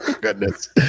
Goodness